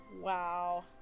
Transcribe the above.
Wow